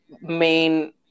main